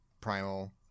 Primal